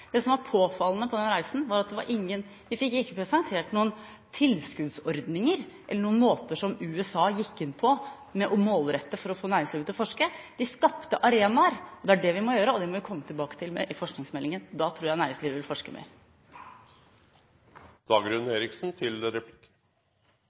Det som var påfallende, var at vi ikke fikk presentert noen tilskuddordninger eller noen måter å gjøre det på hvor de gikk målrettet inn for å få næringslivet til å forske. De skapte arenaer. Det er det vi må gjøre, og det må vi komme tilbake til i forskningsmeldingen. Da tror jeg næringslivet vil forske